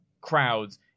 crowds